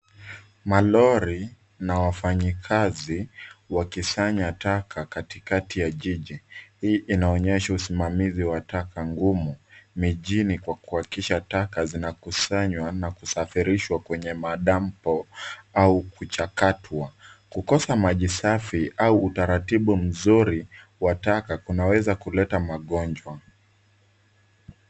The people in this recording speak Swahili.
Malori na wafanyikazi wakisanya taka katikati ya jiji. Hii inaonyesha usimamizi wa taka ngumu mijini kwa kuhakikisha taka zinakusanywa na kusafirishwa kwenye madampu au kuchakatwa. Kukosa maji safi au utaratibu mzuri wa taka unaweza kuleta magonjwa.